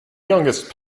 youngest